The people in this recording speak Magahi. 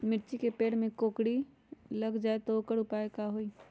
मिर्ची के पेड़ में कोकरी लग जाये त वोकर उपाय का होई?